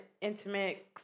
intimate